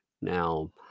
Now